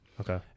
Okay